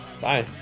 bye